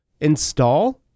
install